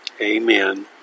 Amen